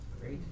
Great